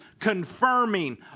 confirming